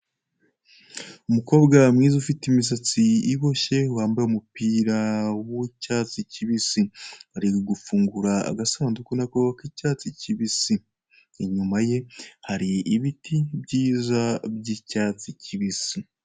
Umukobwa mwiza ufite imisatsi iboshye wambaye umupira w'icyatsi kibisi ari gufungura agasanduku nako k'icyatsi kibisi, inyuma ye hari ibiti byiza by'icyatsi kibisi.